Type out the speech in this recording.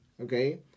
okay